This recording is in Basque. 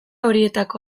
horietako